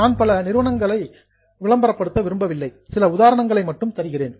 நான் பல நிறுவனங்களை அட்வர்டைஸ் விளம்பரப்படுத்த விரும்பவில்லை சில உதாரணங்களை மட்டும் தருகிறேன்